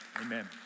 Amen